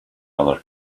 other